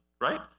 right